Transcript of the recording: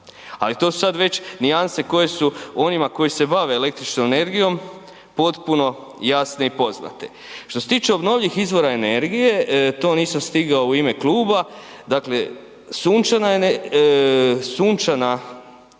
Ali to su sad već nijanse koje su onima koji se bave električnom energijom potpuno jasne i poznate. Što se tiče obnovljivih izvora energije, to nisam stigao u ime kluba, dakle sunčana, električna